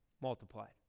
Multiplied